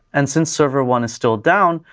and since server one is still down,